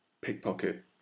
Pickpocket